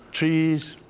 trees,